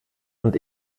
und